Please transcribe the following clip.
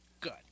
Good